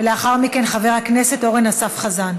ולאחר מכן, חבר הכנסת אורן אסף חזן.